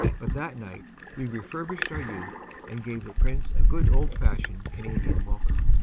but that night we refurbished our youth and gave the prince a good old-fashioned canadian welcome.